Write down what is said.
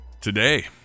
Today